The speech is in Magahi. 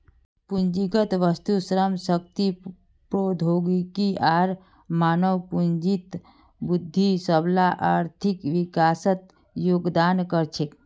पूंजीगत वस्तु, श्रम शक्ति, प्रौद्योगिकी आर मानव पूंजीत वृद्धि सबला आर्थिक विकासत योगदान कर छेक